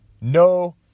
no